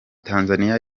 tanzania